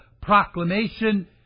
proclamation